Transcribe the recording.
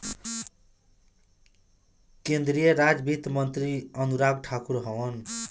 केंद्रीय राज वित्त मंत्री अनुराग ठाकुर हवन